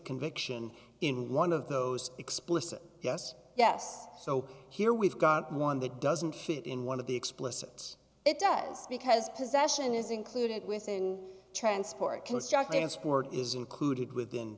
conviction in one of those explicit yes yes so here we've got one that doesn't fit in one of the explicit it does because possession is included within transport construction and sport is included within